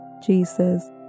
Jesus